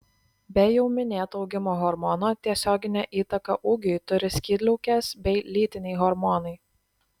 be jau minėto augimo hormono tiesioginę įtaką ūgiui turi skydliaukės bei lytiniai hormonai